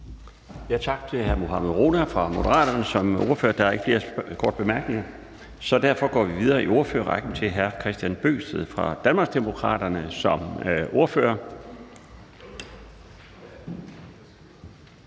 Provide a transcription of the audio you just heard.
Tak til hr. Mohammad Rona fra Moderaterne som ordfører. Der er ikke flere korte bemærkninger. Derfor går vi videre i ordførerrækken til hr. Kristian Bøgsted fra Danmarksdemokraterne. Kl.